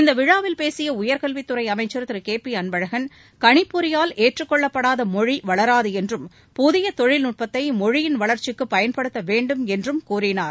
இந்த விழாவில் பேசிய உயர்கல்வித்துறை அமைச்சர் திரு கே பி அன்பழகன் கணிப்பொறியால் ஏற்றுக்கொள்ளப்படாத மொழி வளராது என்றும் புதிய தொழில்நுட்பத்தை மொழியின் வளர்ச்சிக்கு பயன்படுத்த வேண்டும் என்றும் கூறினார்